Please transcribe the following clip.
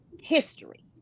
history